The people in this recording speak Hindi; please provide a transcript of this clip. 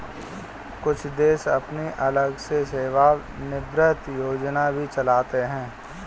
कुछ देश अपनी अलग से सेवानिवृत्त योजना भी चलाते हैं